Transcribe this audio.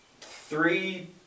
three